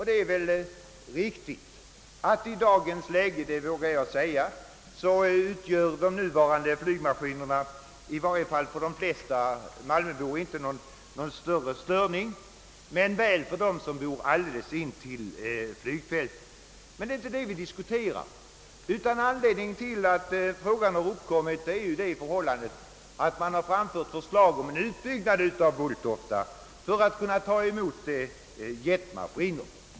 I dagens läge innebär visserligen flygmaskinerna inte någon större störning för de flesta malmöbor men väl för dem som bor alldeles intill flygfältet. Det är emellertid inte detta vi diskuterar. Anledningen till att frågan kommit upp är att man framfört förslag om en utbyggnad av Bulltofta för att det skall kunna ta emot jetmaskiner.